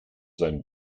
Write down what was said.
sein